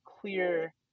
clear